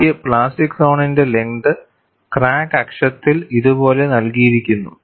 എനിക്ക് പ്ലാസ്റ്റിക് സോണിന്റെ length crack അക്ഷത്തിൽ ഇതുപോലെ നൽകിയിരിക്കുന്നു